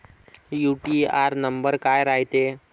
UTR number काय रायते?